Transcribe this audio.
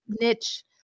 niche